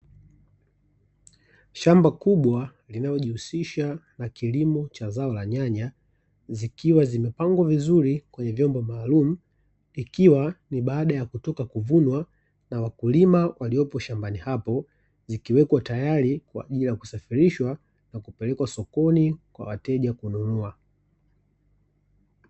Shamba kubwa linalojihusisha na kilimo cha zao la nyanya, zikiwa zimepangwa vizuri kwenye vyombo maalumu, ikiwa ni baada ya kutoka kuvunwa na wakulima waliopo shambani hapo, zikiwekwa tayari kwa ajili ya kusafirishwa na kupelekwa sokoni kwa wateja kununua.